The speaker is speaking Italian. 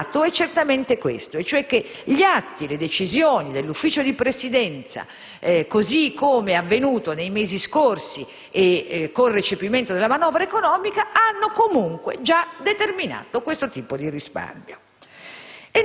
ma il dato è certamente questo: gli atti e le decisioni del Consiglio di Presidenza, così come nei mesi scorsi con il recepimento della manovra economica, hanno comunque già determinato questo tipo di risparmio.